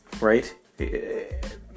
right